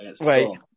Wait